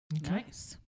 Nice